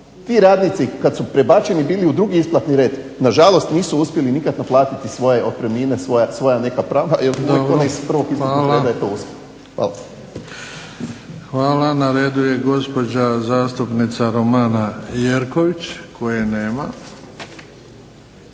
ti radnici kad su prebačeni bili u drugi isplatni red na žalost nisu uspjeli nikad naplatiti svoje otpremnine, svoja neka prava jer …/Govornik se ne razumije./… Hvala. **Bebić, Luka (HDZ)** Hvala. Na redu je gospođa zastupnica Romana Jerković koje nema.